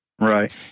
Right